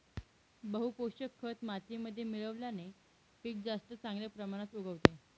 बहू पोषक खत मातीमध्ये मिळवल्याने पीक जास्त चांगल्या प्रमाणात उगवते